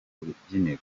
rubyiniro